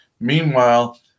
Meanwhile